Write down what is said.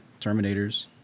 Terminators